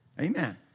Amen